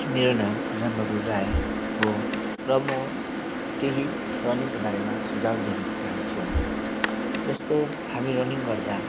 मेरो नाम रामबाबु राई हो र म केही रनिङको बारेमा सुझाव दिन चाहन्छु जस्तै हामी रनिङ गर्दा